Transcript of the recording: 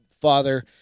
father